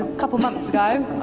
couple of months ago.